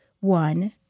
one